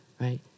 right